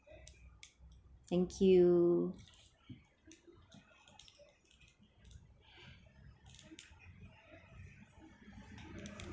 thank you